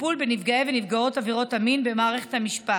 הטיפול בנפגעי ונפגעות עבירות המין במערכת המשפט,